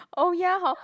oh ya hor